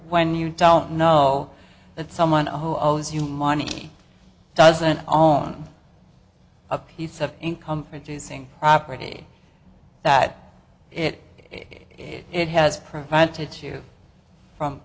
when you don't know that someone who owes you money doesn't own a piece of income producing property that it it has prevented too from